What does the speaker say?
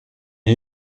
est